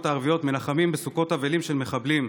הערביות מנחמים בסוכות אבלים על מחבלים,